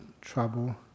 trouble